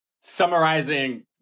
summarizing